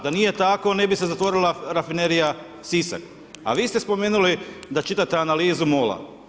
Da nije tako ne bi se zatvorila Rafinerija Sisak, a vi ste spomenuli da čitate analizu MOL-a.